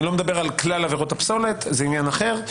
אני לא מדבר על כלל עבירות הפסולת, זה עניין אחר.